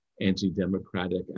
anti-democratic